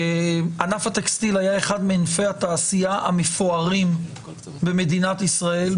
ענף הטקסטיל היה אחד מענפי התעשייה המפוארים במדינת ישראל,